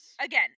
again